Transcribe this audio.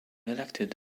elected